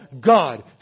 God